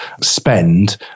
spend